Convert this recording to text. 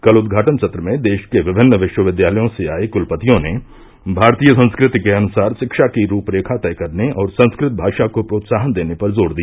कल उद्घाटन सत्र में देश के विभिन्न विश्वविद्यालयों से आए कुलपतियों ने भारतीय संस्कृति के अनुसार शिक्षा की रूपरेखा तय करने और संस्कृत भाषा को प्रोत्साहन देने पर जोर दिया